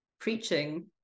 preaching